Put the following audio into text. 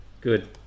Good